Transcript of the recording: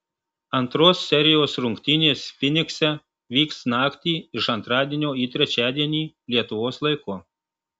antros serijos rungtynės fynikse vyks naktį iš antradienio į trečiadienį lietuvos laiku